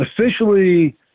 officially